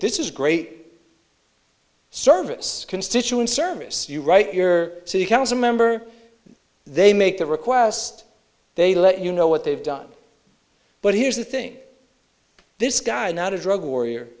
this is great service constituent service you write your city council member they make the request they let you know what they've done but here's the thing this guy is not a drug warrior